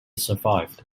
survived